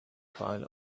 pile